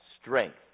strength